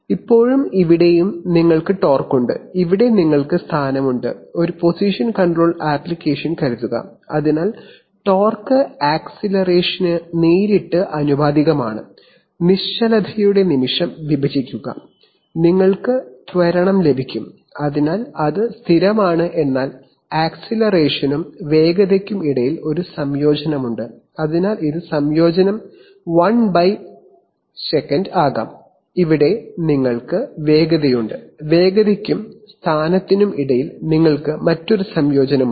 ഇപ്പോളും ഇവിടെയും നിങ്ങൾക്ക് ടോർക്ക് ഉണ്ട് ഇവിടെ നിങ്ങൾക്ക് സ്ഥാനമുണ്ട് ഒരു പൊസിഷൻ കൺട്രോൾ ആപ്ലിക്കേഷൻ കരുതുക അതിനാൽ ടോർക്ക് ആക്സിലറേഷന് നേരിട്ട് ആനുപാതികമാണ് നിശ്ചലതയുടെ നിമിഷം വിഭജിക്കുക നിങ്ങൾക്ക് ത്വരണം ലഭിക്കും അതിനാൽ അത് സ്ഥിരമാണ് എന്നാൽ ആക്സിലറേഷനും വേഗതയ്ക്കും ഇടയിൽ ഒരു സംയോജനമുണ്ട് അതിനാൽ ഇത് സംയോജനം 1 s ആകാം ഇവിടെ നിങ്ങൾക്ക് വേഗതയുണ്ട് വേഗതയ്ക്കും സ്ഥാനത്തിനും ഇടയിൽ നിങ്ങൾക്ക് മറ്റൊരു സംയോജനമുണ്ട്